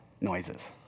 noises